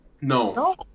No